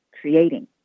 creating